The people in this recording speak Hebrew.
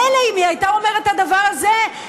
מילא אם היא הייתה אומרת את הדבר הזה,